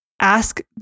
ask